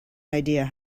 idea